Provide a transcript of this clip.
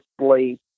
sleep